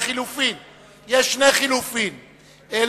תשעה בעד,